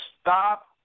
stop